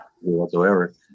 whatsoever